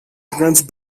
against